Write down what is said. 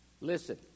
Listen